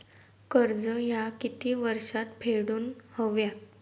कर्ज ह्या किती वर्षात फेडून हव्या?